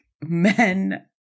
men